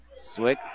Swick